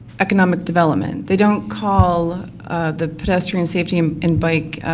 economic development, they don't call the pedestrian safety um and bike,